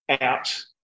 out